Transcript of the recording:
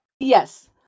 Yes